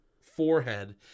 forehead